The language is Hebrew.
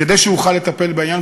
כדי שאוכל לטפל בעניין,